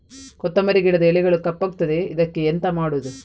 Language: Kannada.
ಕೊತ್ತಂಬರಿ ಗಿಡದ ಎಲೆಗಳು ಕಪ್ಪಗುತ್ತದೆ, ಇದಕ್ಕೆ ಎಂತ ಮಾಡೋದು?